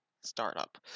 startup